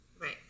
Right